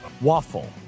waffle